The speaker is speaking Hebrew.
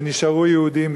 ונשארו יהודים,